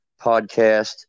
podcast